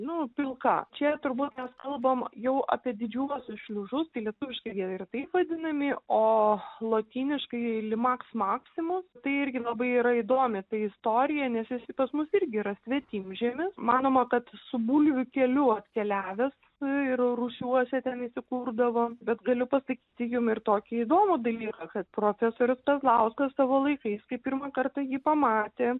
nu pilka čia turbūt mes kalbam jau apie didžiuosius šliužus tai lietuviškai jie yra taip vadinami o lotyniškai limaks maksimu tai irgi labai yra įdomi ta istorija nes jis pas mus irgi yra svetimžemis manoma kad su bulvių kelių atkeliavęs ir rūsiuose ten įsikurdavo bet galiu pasakyti jum ir tokį įdomų dalyką kad profesorius kazlauskas savo laikais kai pirmą kartą jį pamatė